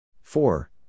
four